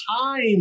time